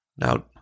Now